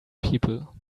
people